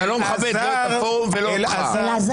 אתה לא מכבד את הפורום ולא אותך.